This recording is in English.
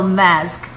mask